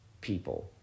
people